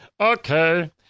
Okay